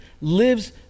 lives